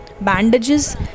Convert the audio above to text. bandages